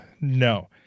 No